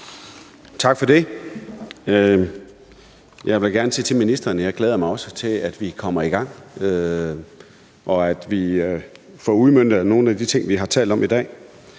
Tak for det. Jeg vil gerne sige til ministeren, at jeg også glæder mig til, at vi kommer i gang, og at vi får udmøntet nogle af de ting, vi har talt om i dag.